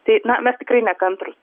tai ne mes tikrai nekantrūs